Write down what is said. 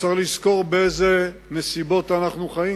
צריך לזכור באיזה נסיבות אנחנו חיים.